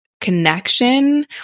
connection